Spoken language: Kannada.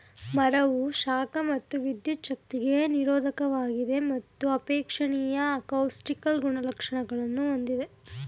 ಮರವು ಶಾಖ ಮತ್ತು ವಿದ್ಯುಚ್ಛಕ್ತಿಗೆ ನಿರೋಧಕವಾಗಿದೆ ಮತ್ತು ಅಪೇಕ್ಷಣೀಯ ಅಕೌಸ್ಟಿಕಲ್ ಗುಣಲಕ್ಷಣಗಳನ್ನು ಹೊಂದಿದೆ